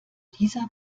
dieser